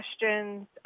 questions